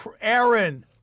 Aaron